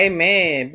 Amen